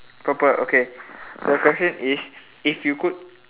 purple okay so the question is if you could